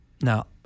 Now